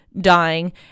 dying